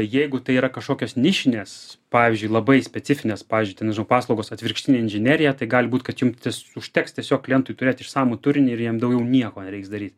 jeigu tai yra kažkokios nišinės pavyzdžiui labai specifinės pavyzdžiui ten nežinau paslaugos atvirkštinė inžinerija tai gali būt kad jum užteks tiesiog klientui turėt išsamų turinį ir jam daugiau nieko nereiks daryt